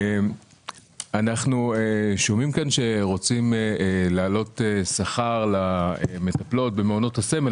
אנחנו שומעים כאן שרוצים להעלות שכר למטפלות במעונות הסמל,